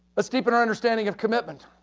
let's deepen our understanding of commitment.